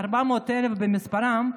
400,000 במספרם,